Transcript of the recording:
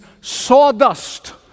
sawdust